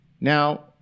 Now